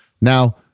Now